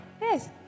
Yes